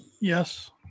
Yes